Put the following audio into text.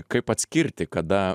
kaip atskirti kada